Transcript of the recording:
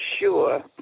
sure